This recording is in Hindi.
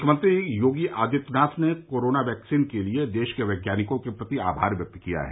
मुख्यमंत्री योगी आदित्यनाथ ने कोरोना वैक्सीन के लिए देश के वैज्ञानिकों के प्रति आमार व्यक्त किया है